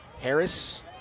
Harris